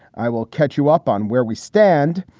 i will catch you up on where we stand.